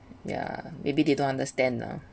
ya maybe they don't understand lah